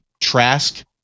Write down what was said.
Trask